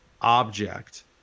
object